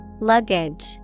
Luggage